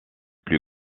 plus